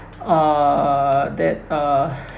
uh that uh